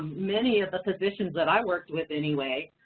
many of the physicians, that i worked with anyway,